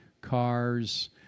cars